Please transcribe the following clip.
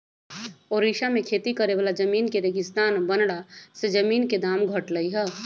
ओड़िशा में खेती करे वाला जमीन के रेगिस्तान बनला से जमीन के दाम घटलई ह